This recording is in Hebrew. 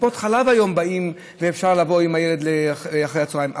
וגם לטיפות חלב אפשר לבוא היום עם הילד אחר הצוהריים.